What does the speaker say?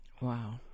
Wow